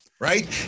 Right